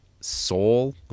soul